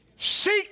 Seek